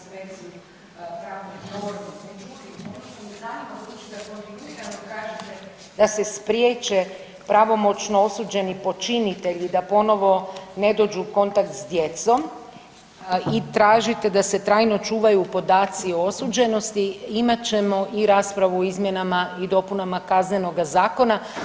spriječe pravomoćno osuđeni počinitelji da ponovno ne dođu u kontakt s djecom i tražite da se trajno čuvaju podaci o osuđenosti, imat ćemo i raspravu o izmjenama i dopunama Kaznenoga zakona.